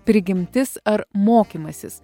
prigimtis ar mokymasis